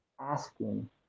asking